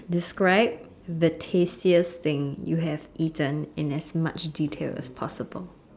describe the tastiest thing you have eaten in as much detail as possible